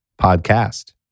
podcast